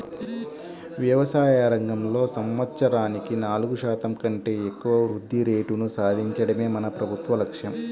వ్యవసాయ రంగంలో సంవత్సరానికి నాలుగు శాతం కంటే ఎక్కువ వృద్ధి రేటును సాధించడమే మన ప్రభుత్వ లక్ష్యం